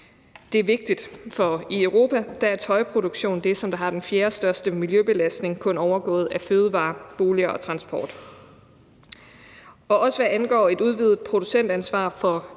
Det er vigtigt, for i Europa er tøjproduktion det, som har den fjerdestørste miljøbelastning, kun overgået af fødevarer, boliger og transport. Hvad angår et udvidet producentansvar i forhold til